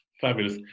Fabulous